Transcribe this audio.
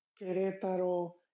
Querétaro